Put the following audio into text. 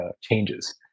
changes